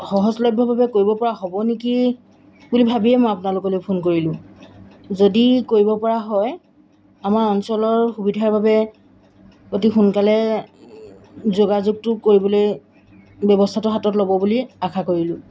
সহজলভ্যভাৱে কৰিবপৰা হ'ব নেকি বুলি ভাবিয়েই মই আপোনালোকলৈ ফোন কৰিলোঁ যদি কৰিবপৰা হয় আমাৰ অঞ্চলৰ সুবিধাৰ বাবে অতি সোনকালে যোগাযোগটো কৰিবলৈ ব্যৱস্থাটো হাতত ল'ব বুলি আশা কৰিলোঁ